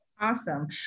Awesome